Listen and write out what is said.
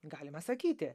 galima sakyti